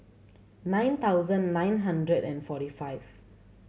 nine thousand nine hundred and forty five